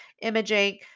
imaging